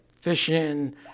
Fishing